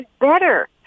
better